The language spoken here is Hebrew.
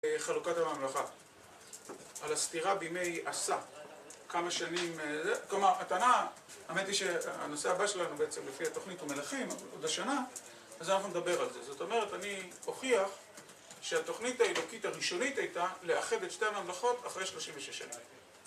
חלוקת הממלכה, על הסתירה בימי אסא, כמה שנים... כלומר, הטענה, האמת היא שהנושא הבא שלנו בעצם, לפי התוכנית, הוא מלכים, אבל עוד השנה, אז אנחנו נדבר על זה. זאת אומרת, אני אוכיח שהתוכנית האלוקית הראשונית הייתה לאחד את שתי הממלכות אחרי 36 שנה.